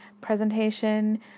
presentation